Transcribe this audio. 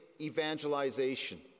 evangelization